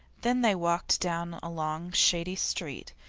then they walked down a long shady street,